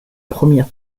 première